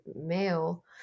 male